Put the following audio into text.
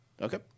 Okay